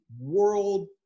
world